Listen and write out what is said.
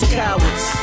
cowards